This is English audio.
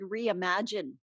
reimagine